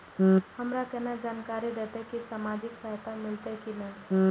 हमरा केना जानकारी देते की सामाजिक सहायता मिलते की ने?